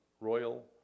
royal